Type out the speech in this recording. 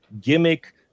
gimmick